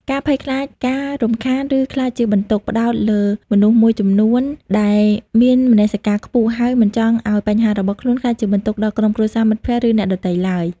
ការភ័យខ្លាចការរំខាន ឬក្លាយជាបន្ទុក ផ្តោតលើមនុស្សមួយចំនួនដែលមានមនសិការខ្ពស់ ហើយមិនចង់ឱ្យបញ្ហារបស់ខ្លួនក្លាយជាបន្ទុកដល់ក្រុមគ្រួសារ មិត្តភក្តិ ឬអ្នកដទៃឡើយ។